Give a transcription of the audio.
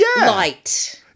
light